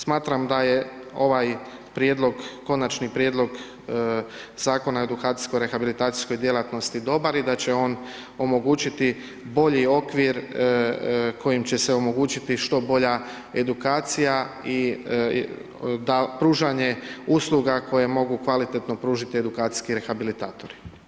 Smatram da je ovaj prijedlog Konačni prijedlog Zakona o edukacijsko rehabilitacijskoj djelatnosti dobar i da će on omogućiti bolji okvir kojim će se omogućiti što bolja edukacija i da pružanje usluga koja mogu kvalitetno pružiti edukacijski rehabilitatori.